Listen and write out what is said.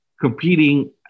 competing